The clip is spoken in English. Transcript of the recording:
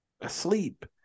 asleep